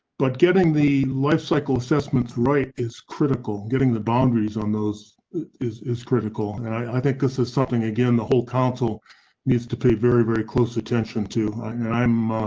but getting the lifecycle assessments. right. is critical getting the boundaries on those is is critical. and i think this is something again, the whole council needs to pay very, very close attention to the